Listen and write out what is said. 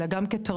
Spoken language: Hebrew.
אלא גם כתרבות,